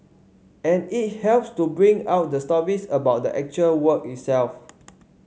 and it helps to bring out the stories about the actual work itself